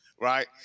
right